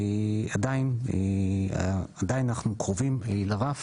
עדיין אנחנו קרובים לרף